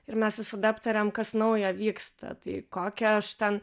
ir mes visada aptariam kas naujo vyksta tai kokią aš ten